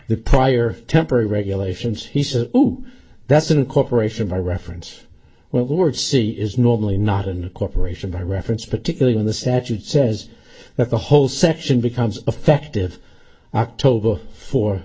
the prior temporary regulations he said oh that's incorporation by reference well the word c is normally not in cooperation by reference particularly in the statute says that the whole section becomes effective october for